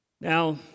Now